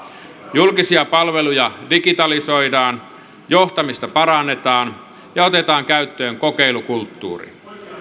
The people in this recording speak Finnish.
julkisia palveluja digitalisoidaan johtamista parannetaan ja otetaan käyttöön kokeilukulttuuri